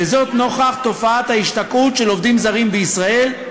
וזאת נוכח תופעת ההשתקעות של עובדים זרים בישראל,